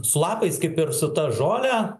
su lapais kaip ir su ta žole